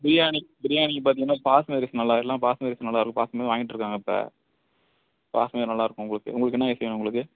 பிரியாணி பிரியாணிக்கு பார்த்திங்கனா பாஸ்மதி ரைஸ் நல்லா எல்லாம் பாஸ்மதி ரைஸ் நல்லா இருக்கும் பாஸ்மதி தான் வாங்கிட்டிருக்காங்க இப்போ பாஸ்மதி நல்லா இருக்கும் உங்களுக்கு உங்களுக்கு என்ன அரிசி வேணும் உங்களுக்கு